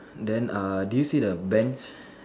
then err do you see the bench